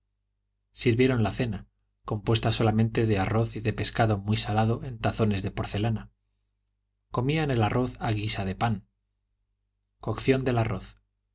sirvieron la cena compuesta solamente de arroz y de pescado muy salado en tazones de porcelana comían el arroz a guisa de pan cocción del arroz